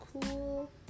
cool